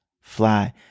fly